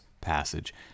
passage